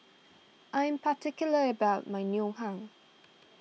I am particular about my Ngoh Hiang